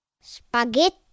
Spaghetti